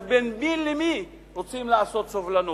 אז בין מי למי רוצים לעשות סובלנות?